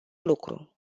lucru